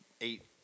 eight